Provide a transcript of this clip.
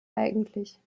eigentlich